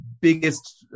biggest